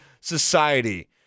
society